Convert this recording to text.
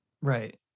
Right